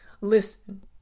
Listen